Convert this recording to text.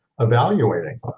evaluating